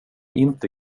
inte